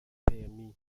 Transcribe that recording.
permit